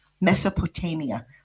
Mesopotamia